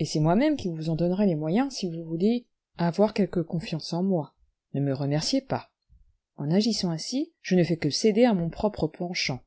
et c'est moimême qui vous en donnerai les moyens si vous voulez avoir quelque confiance en moi ne me remerciez pas en agissant ainsi je ne fais que céder à mon propre penchant